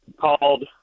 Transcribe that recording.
called